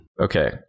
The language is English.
Okay